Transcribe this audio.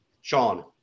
Sean